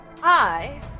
Hi